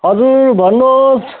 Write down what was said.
हजुर भन्नु होस्